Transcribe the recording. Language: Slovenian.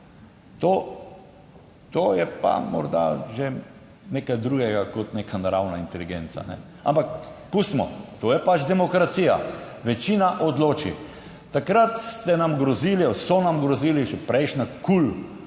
to je pa morda že nekaj drugega kot neka naravna inteligenca, ampak pustimo, to je pač demokracija, večina odloči. Takrat ste nam grozili ali so nam grozili še prejšnja